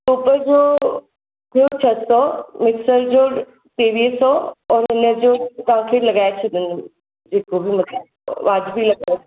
टोप जो थियो छह सौ मिक्सर जो टेवीह सौ और हिन जो तव्हां खे लॻाए छॾींदमि जेको बि मतलबु वाजिबी लॻाए